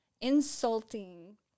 insulting